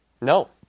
No